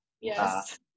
Yes